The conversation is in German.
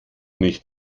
nicht